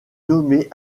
nommé